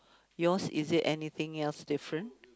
yours is it anything else different